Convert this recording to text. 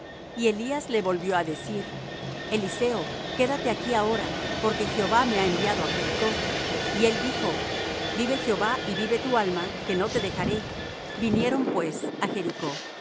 y elías le volvió á decir eliseo quédate aquí ahora porque jehová me ha enviado á jericó y él dijo vive jehová y vive tu alma que no te dejaré vinieron pues á jericó y